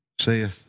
saith